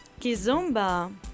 kizomba